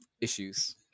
issues